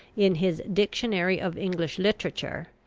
in his dictionary of english literature,